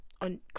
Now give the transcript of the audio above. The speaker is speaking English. on